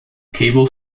cable